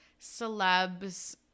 celebs